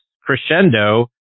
crescendo